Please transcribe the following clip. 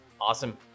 Awesome